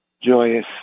joyous